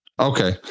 okay